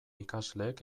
ikasleek